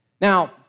Now